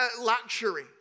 luxury